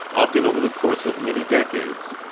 often over the course of many decades.